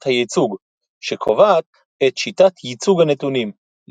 הייצוג – שקובעת את שיטת יצוג הנתונים,